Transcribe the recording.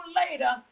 later